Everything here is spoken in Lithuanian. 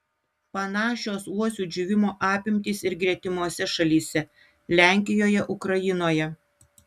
panašios uosių džiūvimo apimtys ir gretimose šalyse lenkijoje ukrainoje